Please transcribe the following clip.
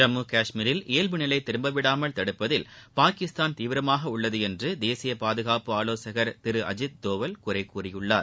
ஜம்மு காஷ்மீரில் இயல்புநிலை திரும்பவிடாமல் தடுப்பதில் பாகிஸ்தான் தீவிரமாக உள்ளது என்று தேசிய பாதுகாப்பு ஆலோசகர் திரு அஜித் தோவல் குறை கூறியிருக்கிறார்